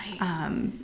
right